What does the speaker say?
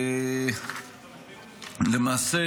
למעשה,